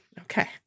Okay